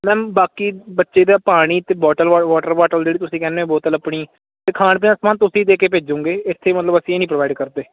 ma'am ਬਾਕੀ ਬੱਚੇ ਦਾ ਪਾਣੀ ਤੇ ਬੋਤਲ ਵਾਟਰ ਬੋਟਲ ਜਿਹੜੀ ਤੁਸੀਂ ਕਹਿੰਦੇ ਬੋਤਲ ਆਪਣੀ ਤੇ ਖਾਣ ਪੀਣ ਦਾ ਸਮਾਨ ਤੁਸੀਂ ਦੇ ਕੇ ਭੇਜੋਗੇ ਇੱਥੇ ਮਤਲਬ ਅਸੀਂ ਇਹ ਨਹੀਂ ਪ੍ਰੋਵਾਈਡ ਕਰਦੇ